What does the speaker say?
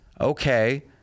okay